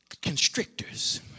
constrictors